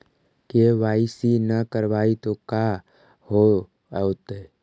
KYC न करवाई तो का हाओतै?